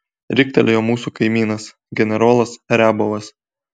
riktelėjo mūsų kaimynas generolas riabovas